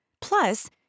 Plus